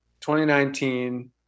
2019